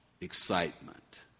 excitement